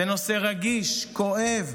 זה נושא רגיש, כואב,